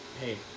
Hey